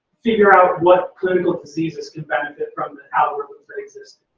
figure out what clinical diseases can benefit from the algorithms that exist